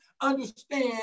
understand